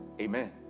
Amen